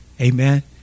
Amen